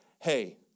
hey